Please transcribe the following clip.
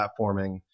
platforming